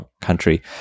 country